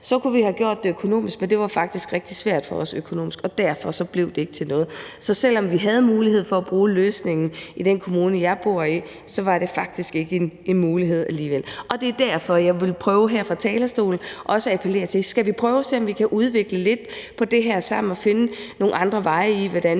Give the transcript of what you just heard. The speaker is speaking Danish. Så kunne vi have løst det økonomisk, men det var faktisk rigtig svært for os økonomisk, og derfor blev det ikke til noget. Så selv om vi havde mulighed for at bruge løsningen i den kommune, jeg bor i, så var det faktisk ikke en mulighed alligevel. Det er derfor, jeg her fra talerstolen vil prøve også at appellere til, om vi ikke skal prøve at se, om vi kan udvikle på det her sammen og finde nogle andre veje til, hvordan